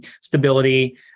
stability